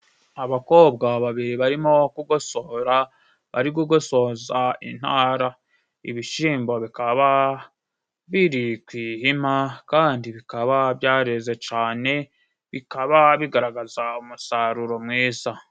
Abakobwa babiri barimo kugosora, bari gugosoza intara ibishyimbo bikaba biri ku ihema, kandi bikaba byareze cane, bikaba bigiragaza umusaruro mwiza.